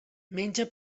menja